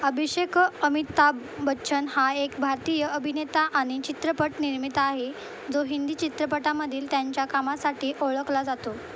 अभिषेक अमिताभ बच्चन हा एक भारतीय अभिनेता आणि चित्रपट निर्माता आहे जो हिंदी चित्रपटामधील त्यांच्या कामासाठी ओळखला जातो